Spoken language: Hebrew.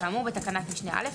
כאמור בתקנת משנה (א),